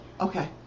Okay